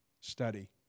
study